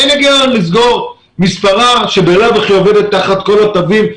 אין היגיון לסגור מספרה שממילא עובדת תחת כל התווים.